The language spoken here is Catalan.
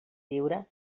lliure